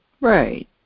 Right